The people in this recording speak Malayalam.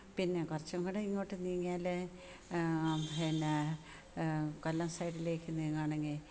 പിന്നെ കുറച്ചും കൂടി ഇങ്ങോട്ടു നീങ്ങിയാൽ പിന്നെ കൊല്ലം സൈഡിലേക്കു നീങ്ങുകയാണെങ്കിൽ